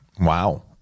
Wow